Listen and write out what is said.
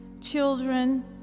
children